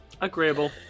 Agreeable